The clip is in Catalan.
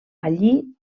allí